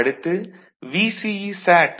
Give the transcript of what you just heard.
அடுத்து VCE 0